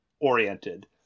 oriented